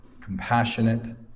compassionate